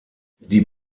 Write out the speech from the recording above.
die